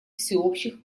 всеобщих